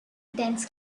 dense